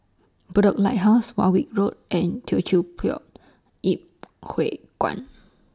Bedok Lighthouse Warwick Road and Teochew Poit Ip Huay Kuan